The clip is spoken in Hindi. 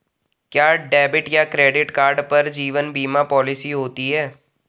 क्या डेबिट या क्रेडिट कार्ड पर जीवन बीमा पॉलिसी होती है?